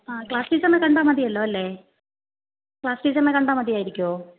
ആ ക്ലാസ് ടീച്ചറിനെ കണ്ടാൽ മതിയല്ലോല്ലേ ക്ലാസ് ടീച്ചറിനെ കണ്ടാൽ മതിയായിരിക്കുമോ